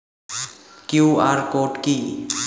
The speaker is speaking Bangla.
কিউ.আর কোড কি?